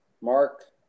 mark